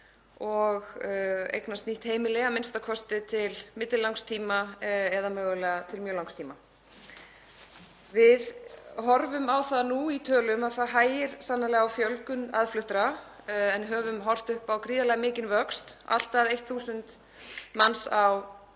og eignast nýtt heimili, a.m.k. til millilangs tíma eða mögulega til mjög langs tíma. Við horfum á það nú í tölum að það hægir sannarlega á fjölgun aðfluttra en höfum horft upp á gríðarlega mikinn vöxt, allt að 1.000 manns á